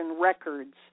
records